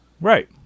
Right